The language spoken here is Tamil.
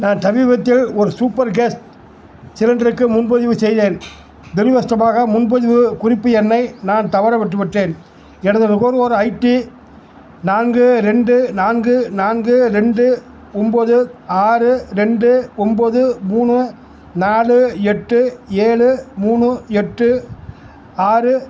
நான் சமீபத்தில் ஒரு சூப்பர் கேஸ் சிலிண்டருக்கு முன்பதிவு செய்தேன் துரதிர்ஷ்டவசமாக முன்பதிவு குறிப்பு எண்ணை நான் தவற விட்டுவிட்டேன் எனது நுகர்வோர் ஐடி நான்கு ரெண்டு நான்கு நான்கு ரெண்டு ஒம்போது ஆறு ரெண்டு ஒம்போது மூணு நாலு எட்டு ஏழு மூணு எட்டு ஆறு